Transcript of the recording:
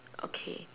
okay